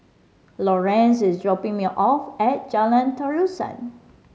Lorenz is dropping me off at Jalan Terusan